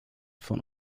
von